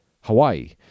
hawaii